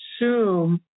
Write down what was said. assume